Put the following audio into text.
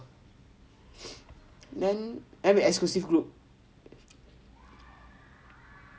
then Em exclusive group